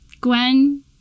Gwen